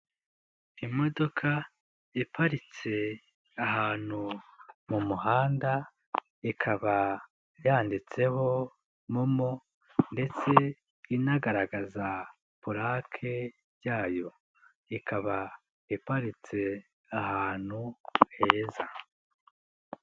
Imodoka iparitse ahantu mu muhanda, ikaba yanditseho momo ndetse inagaragaza pulake yayo, ikaba iparitse ahantu heza.